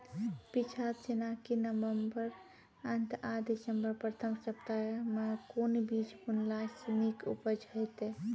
पीछात जेनाकि नवम्बर अंत आ दिसम्बर प्रथम सप्ताह मे कून बीज बुनलास नीक उपज हेते?